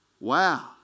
Wow